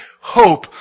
hope